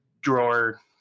drawer